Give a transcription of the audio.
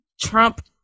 Trump